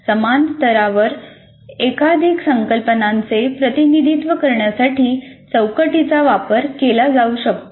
समान स्तरावर एकाधिक संकल्पनांचे प्रतिनिधित्व करण्यासाठी चौकटीचा वापर केला जाऊ शकतो